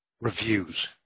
reviews